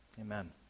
Amen